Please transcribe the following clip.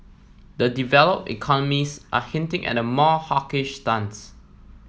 the develop economies are hinting at a more hawkish stance